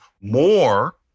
more